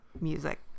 music